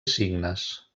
signes